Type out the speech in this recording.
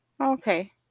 Okay